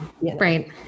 Right